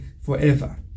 forever